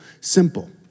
Simple